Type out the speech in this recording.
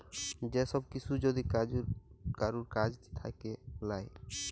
যে সব কিসু যদি কারুর কাজ থাক্যে লায়